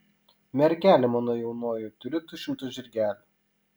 mergelė mano jaunoji turiu du šimtu žirgelių